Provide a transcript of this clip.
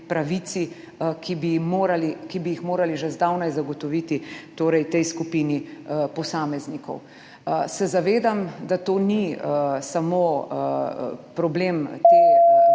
pravici, ki bi ju morali že zdavnaj zagotoviti tej skupini posameznikov. Zavedam se, da to ni samo problem te